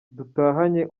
dutahanye